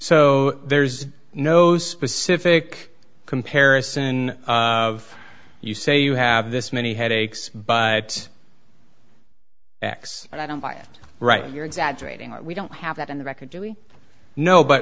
so there's no specific comparison of you say you have this many headaches but x and i don't buy it right you're exaggerating or we don't have that in the record do we know but